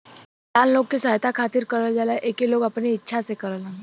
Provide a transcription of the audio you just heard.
दान लोग के सहायता खातिर करल जाला एके लोग अपने इच्छा से करेलन